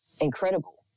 incredible